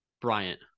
Bryant